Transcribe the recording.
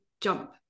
jump